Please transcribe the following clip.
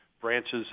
branches